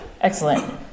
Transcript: Excellent